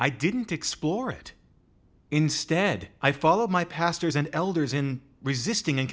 i didn't explore it instead i followed my pastors and elders in resisting and